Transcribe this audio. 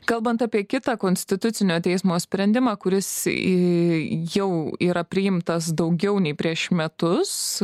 kalbant apie kitą konstitucinio teismo sprendimą kuris į jau yra priimtas daugiau nei prieš metus